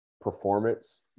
performance